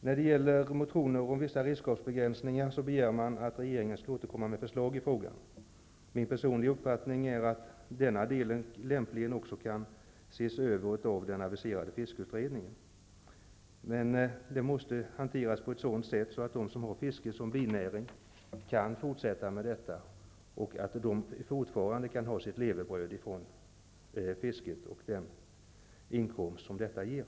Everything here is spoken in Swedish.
När det gäller vissa redskapsbegränsningar, som krävts i motioner, begär man att regeringen skall återkomma med förslag i frågan. Min personliga uppfattning är att denna del lämpligen också kan ses över av den aviserade fiskeutredningen. Men det måste hanteras på ett sådant sätt att de som har fiske som binäring kan fortsätta med detta och ha sitt levebröd av fisket och den inkomst som detta ger.